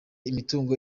imitungo